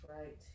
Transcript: right